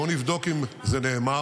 בואו נבדוק אם זה נאמר.